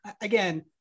again